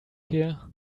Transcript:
here